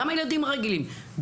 גם הילדים הרגילים,